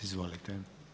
Izvolite.